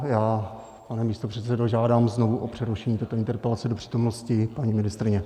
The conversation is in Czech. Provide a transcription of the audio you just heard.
Pane místopředsedo, já žádám znovu o přerušení této interpelace do přítomnosti paní ministryně.